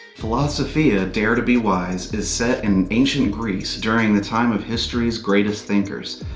philosophia dare to be wise is set in ancient greece during the time of history's greatest thinkers.